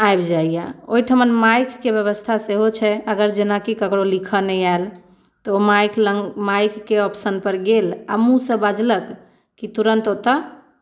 आबि जाइए ओहिठिमन माइकके व्यवस्था सेहो छै अगर जेना कि ककरो लिखय नहि आयल तऽ ओ माइक लग माइकके ऑप्शनपर गेल आ मूँहसँ बजलक कि तुरन्त ओतय